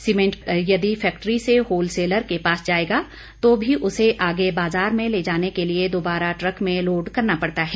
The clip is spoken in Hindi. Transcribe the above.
सीमेंट यदि फैक्ट्री से होल सेलर के पास जाएगा तो भी उसे आगे बाजार में ले जाने के लिए दोबारा ट्रक में लोड करना पड़ता है